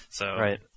Right